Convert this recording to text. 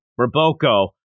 roboco